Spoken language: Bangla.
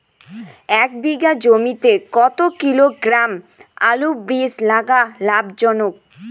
এক বিঘা জমিতে কতো কিলোগ্রাম আলুর বীজ লাগা লাভজনক?